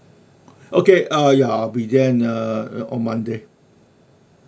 okay uh ya I'll be there in uh on monday